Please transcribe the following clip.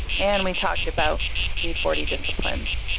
and we talked about the forty disciplines.